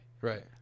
Right